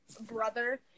brother